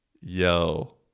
yo